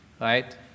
Right